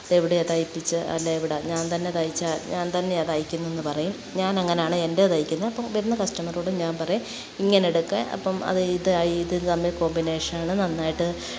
ഇതെവിടെയാണ് തയ്പ്പിച്ചത് അല്ലെ എവിടാ ഞാൻ തന്നെ തയ്ച്ച ഞാൻ തന്നെയാണ് തയ്ക്കുന്നതെന്നു പറയും ഞാനങ്ങനെയാണ് എൻ്റെ തയ്ക്കുന്നത് അപ്പോൾ വരുന്ന കസ്റ്റമറോടു ഞാൻ പറയും ഇങ്ങനെടുക്കാൻ അപ്പം അത് ഇതായി ഇതു തമ്മിൽ കോമ്പിനേഷനാണ് നന്നായിട്ട്